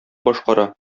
башкара